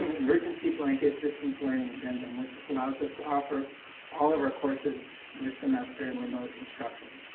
emergency blanket distance-learning addendum, which allows us to offer all of our courses this semester in remote instruction.